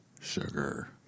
sugar